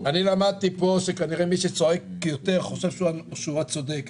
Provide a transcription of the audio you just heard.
אני למדתי פה שכנראה מי שצועק יותר חושב שהוא הצודק.